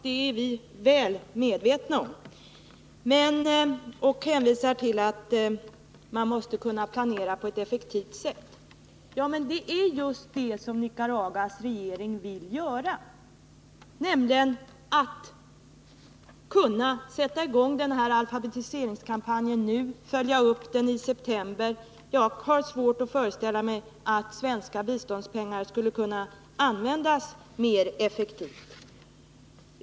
Det är vi väl medvetna om. Han framhöll därvid att man måste kunna planera på ett effektivt sätt. Det är just det som Nicaraguas regering vill göra. Den vill sätta i gång alfabetiseringskampanjen nu och följa upp den i september. Jag har svårt att föreställa mig att svenska biståndspengar skulle kunna användas mer effektivt.